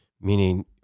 meaning